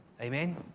amen